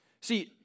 See